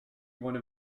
one